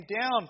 down